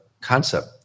concept